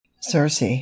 circe